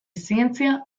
zientzia